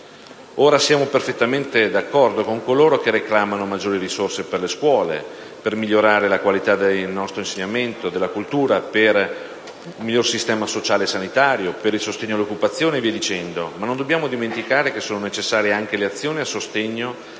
Siamo perfettamente d'accordo con coloro che reclamano maggiori risorse per le scuole, per migliorare la qualità del nostro insegnamento e della cultura, per un migliore sistema sociale e sanitario, per il sostegno all'occupazione, ma non dobbiamo dimenticare che sono necessarie anche le azioni a sostegno